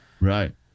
right